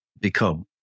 become